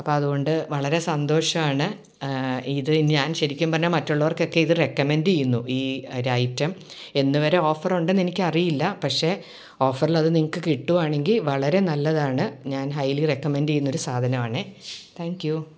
അപ്പോൾ അതുകൊണ്ട് വളരെ സന്തോഷമാണ് ഇത് ഞാൻ ശരിക്കും പറഞ്ഞാൽ മറ്റുള്ളവർക്കൊക്കെ ഇത് റെക്കമെൻ്റെ ചെയ്യുന്നു ഈയൊരു ഐറ്റം എന്നുവരെ ഓഫർ ഉണ്ടന്നെനിക്കറിയില്ല പക്ഷേ ഓഫറിൽ അത് നിങ്ങൾക്ക് കിട്ടുവാണെങ്കിൽ വളരെ നല്ലതാണ് ഞാൻ ഹൈലി റെക്കമെൻ്റെ ചെയ്യുന്നൊരു സാധനവാണേ താങ്ക് യൂ